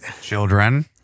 Children